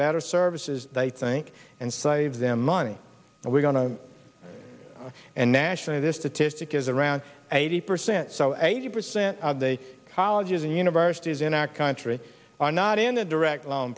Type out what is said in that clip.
better services they think and save them money and we're going to and nationally this to to stick is around eighty percent so eighty percent of the colleges and universities in our country are not in the direct lo